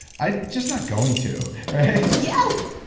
i'm just not going to. yes!